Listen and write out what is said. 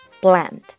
bland